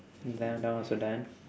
that one that one also done